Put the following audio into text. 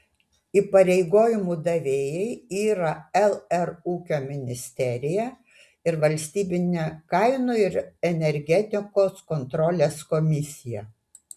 įpareigojimų davėjai yra lr ūkio ministerija ir valstybinė kainų ir energetikos kontrolės komisija